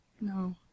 No